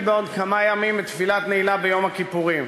בעוד כמה ימים בתפילת נעילה ביום הכיפורים.